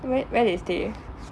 where where they stay